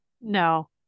no